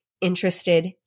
interested